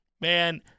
man